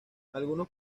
algunos